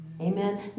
Amen